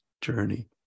journey